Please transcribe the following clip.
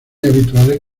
habituales